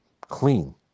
clean